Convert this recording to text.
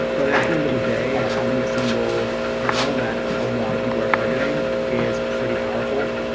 but at the end of the day, having a single kernel that a lot of people are targeting is pretty powerful.